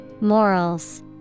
Morals